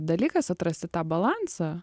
dalykas atrasti tą balansą